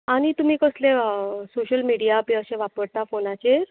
आनी तुमी कसले सोशल मिडिया बी अशें वापरता फोनाचेर